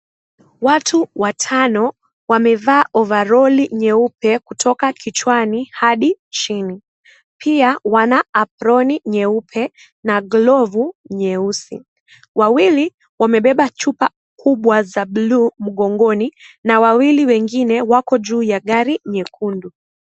Watu watano wamevaa ovaroli nyeupe kutoka kichwani hadi chini. Pia wana aproni nyeupe na glovu nyeusi. Wawili wamebeba chupa kubwa za buluu mgongoni na wawili wengine wako juu ya gari nyekundu.